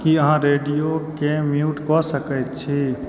की अहाँ रेडियो केँ म्यूट कऽ सकैत छी